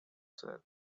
said